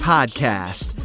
Podcast